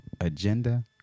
agenda